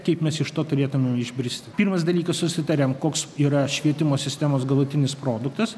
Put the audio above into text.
kaip mes iš to turėtumėm išbristi pirmas dalykas susitariam koks yra švietimo sistemos galutinis produktas